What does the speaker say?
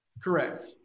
Correct